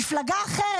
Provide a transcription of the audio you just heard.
מפלגה אחרת,